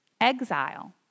Exile